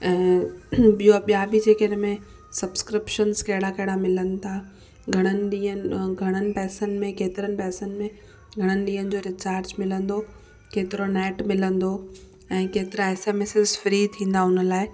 ऐं ॿियो ॿिया बि जेके उनमें सब्सक्रिप्शन कहिड़ा कहिड़ा मिलनि था घणनि ॾींहनि घणनि पेसनि में घणनि ॾींहनि जो रिचार्ज मिलंदो केतिरो नेट मिलंदो ऐं केतिरा एस एम एससिस फ़्री थींदा उन लाइ